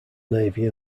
navy